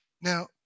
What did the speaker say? now